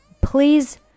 Please